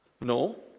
No